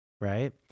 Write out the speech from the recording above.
right